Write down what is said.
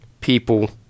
people